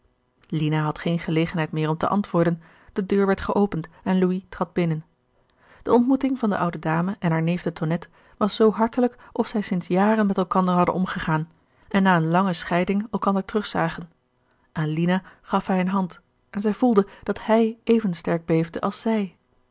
lina had geen gelegenheid meer om te antwoorden de deur werd geopend en louis trad binnen de ontmoeting van de oude dame en haar neef de tongerard keller het testament van mevrouw de tonnette nette was zoo hartelijk of zij sinds jaren met elkander hadden omgegaan en na eene lange scheiding elkander terug zagen aan lina gaf hij een hand en zij voelde dat hij even sterk beefde als zij